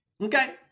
Okay